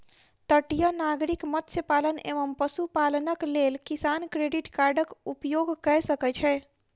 तटीय नागरिक मत्स्य पालन एवं पशुपालनक लेल किसान क्रेडिट कार्डक उपयोग कय सकै छै